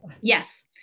Yes